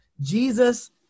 Jesus